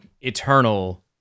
eternal